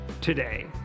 today